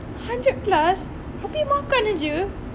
hundred plus abeh makan jer